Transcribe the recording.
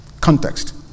Context